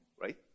right